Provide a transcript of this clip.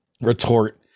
retort